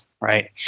right